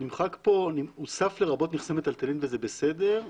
הוסף 'לרבות נכסי מיטלטלין' וזה בסדר,